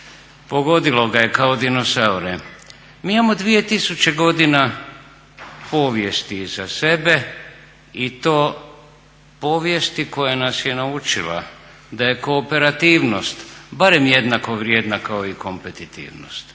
pogodilo ga je kao dinosaure. Mi imamo 2000.godina povijesti iza sebe i to povijesti koja nas je naučila da je kooperativnost barem jednako vrijedna kao i kompetitivnost.